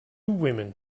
women